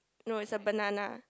no it's a banana